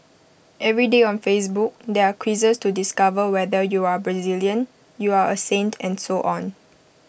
every day on Facebook there are quizzes to discover whether you are Brazilian you are A saint and so on